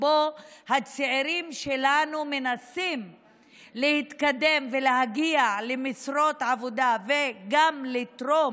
שבו הצעירים שלנו מנסים להתקדם ולהגיע למשרות עבודה וגם לתרום